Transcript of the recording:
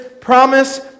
promise